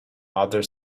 other